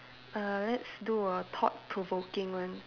err let's do a thought provoking one